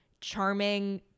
charming